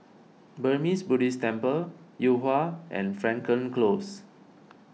Burmese Buddhist Temple Yuhua and Frankel Close